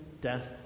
death